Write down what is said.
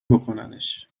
بکننش